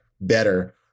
better